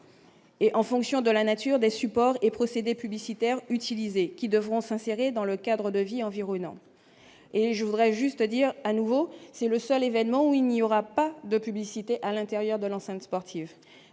et, en fonction de la nature des supports et procédé publicitaires qui devront s'insérer dans le cadre de vie environnants et je voudrais juste dire à nouveau, c'est le seul événement où il n'y aura pas de publicité à l'intérieur de l'enceinte sportive,